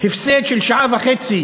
הפסד של שעה וחצי